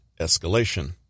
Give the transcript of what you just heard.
Escalation